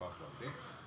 כוח לעובדים,